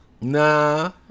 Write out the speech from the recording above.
Nah